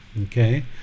okay